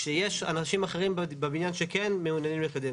כשיש אנשים אחרים בבניין שכן מעוניינים לקדם.